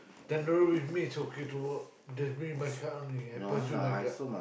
then with me is okay to work just bring my card only I pass you my card